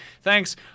Thanks